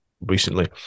recently